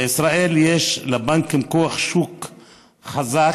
בישראל יש לבנקים כוח שוק חזק,